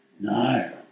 no